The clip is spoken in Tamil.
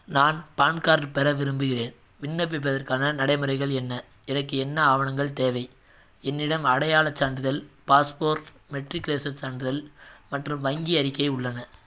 நான் பான் கார்டு பெற விரும்புகின்றேன் விண்ணப்பிப்பதற்கான நடைமுறைகள் என்ன எனக்கு என்ன ஆவணங்கள் தேவை என்னிடம் அடையாளச் சான்றிதல் பாஸ்போர்ட் மெட்ரிகுலேஷன் சான்றிதல் மற்றும் வங்கி அறிக்கை உள்ளன